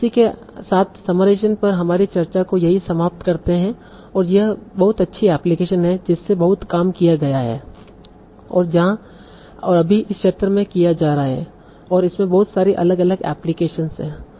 तो इसी के साथ समराइजेशन पर हमारी चर्चा को यही समाप्त करते है और यह बहुत अच्छी एप्लीकेशन है जिसमे बहुत काम किया गया है और अभी इस क्षेत्र में किया जा रहा है इसमें बहुत सारी अलग अलग एप्लीकेशंस हैं